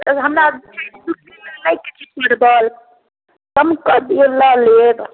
ई हमरा दू किलो लैके छलै लेबै कम कऽ दिऔ लऽ लेब